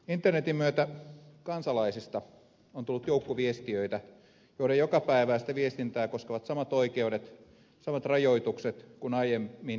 internetin myötä kansalaisista on tullut joukkoviestijöitä joiden jokapäiväistä viestintää koskevat samat oikeudet samat rajoitukset kuin aiemmin joukkotiedotusvälineitä